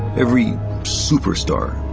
every superstar.